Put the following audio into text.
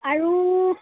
আৰু